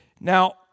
Now